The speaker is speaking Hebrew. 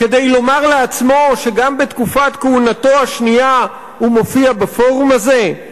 כדי לומר לעצמו שגם בתקופת כהונתו השנייה הוא מופיע בפורום הזה?